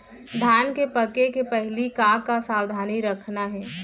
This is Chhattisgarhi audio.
धान के पके के पहिली का का सावधानी रखना हे?